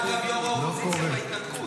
הוא היה גם יו"ר האופוזיציה בהתנתקות.